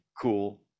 cool